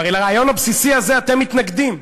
הרי לרעיון הבסיסי הזה אתם מתנגדים,